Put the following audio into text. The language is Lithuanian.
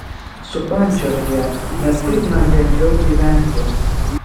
supančiok ją nes taip man lengviau gyventi